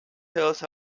hält